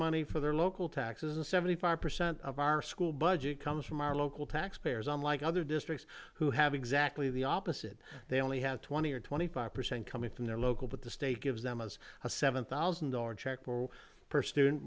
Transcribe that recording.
money for their local taxes and seventy five percent of our school budget comes from our local taxpayers unlike other districts who have exactly the opposite they only have twenty or twenty five percent coming from their local but the state gives them as a seven thousand dollars check will per student